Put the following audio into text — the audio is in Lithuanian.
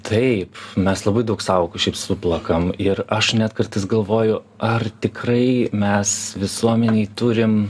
taip mes labai daug sąvokų šiaip suplakam ir aš net kartais galvoju ar tikrai mes visuomenėj turim